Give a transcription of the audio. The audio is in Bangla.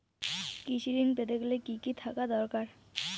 কৃষিঋণ পেতে গেলে কি কি থাকা দরকার?